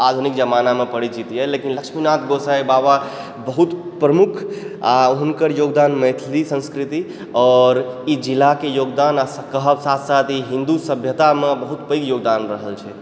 आधुनिक जमानामे परिचित यऽ लेकिन लक्ष्मीनाथ गोसाई बाबा बहुत प्रमुख आओर हुनकर योगदान मैथिली संस्कृति आओर ई जिलाके योगदान आओर कहब साथ साथ हिन्दु सभ्यतामे बहुत पैघ योगदान रहल छनि